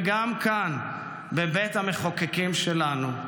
וגם כאן בבית המחוקקים שלנו.